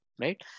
Right